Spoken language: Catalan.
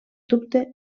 dubte